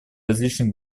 различных